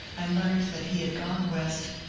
i learned that he had gone west,